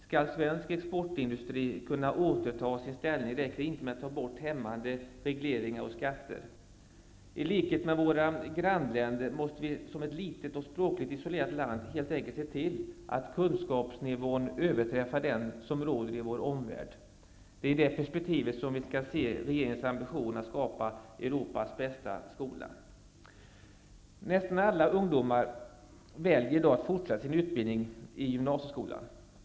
Skall svensk exportindustri kunna återta sin ställning, räcker det inte med att ta bort hämmande regleringar och skatter. I likhet med våra grannländer måste vi, som ett litet och språkligt isolerat land, helt enkelt se till att kunskapsnivån överträffar den som råder i vår omvärld. Det är i det perspektivet vi skall se regeringens ambition att skapa Europas bästa skola. Nästan alla ungdomar väljer i dag att fortsätta sin utbildning i gymnasieskolan.